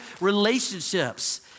relationships